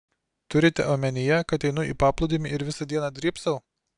turite omenyje kad einu į paplūdimį ir visą dieną drybsau